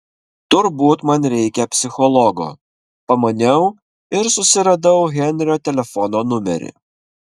turbūt man reikia psichologo pamaniau ir susiradau henrio telefono numerį